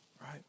right